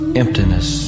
emptiness